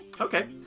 Okay